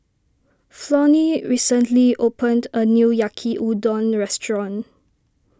Flonnie recently opened a new Yaki Udon restaurant